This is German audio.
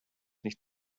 nicht